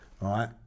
right